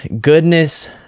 goodness